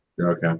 okay